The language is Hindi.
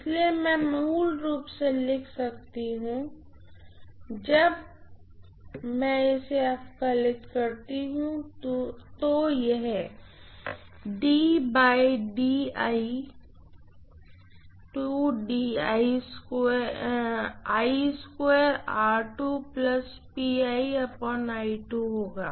इसलिए मैं मूल रूप से लिख सकती हूँ जब मैं अगर इसे अवकलित करती हूँ तो यह होगा